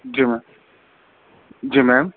جی ma'am جی میم